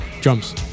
drums